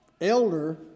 elder